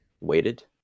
waited